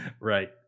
Right